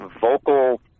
vocal